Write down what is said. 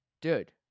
Dude